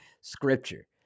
scripture